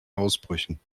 ausbrüchen